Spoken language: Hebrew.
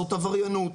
זאת עבריינות,